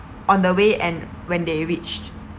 on the way and when they reached